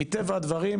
מטבע הדברים,